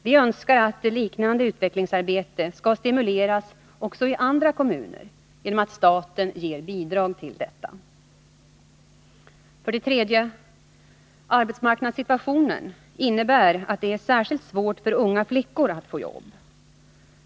Vi önskar att ett liknande utvecklingsarbete skall stimuleras också i andra kommuner genom att staten ger bidrag till detta. För det tredje: Arbetsmarknadssituationen innebär att det är särskilt svårt för unga flickor att få jobb.